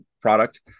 product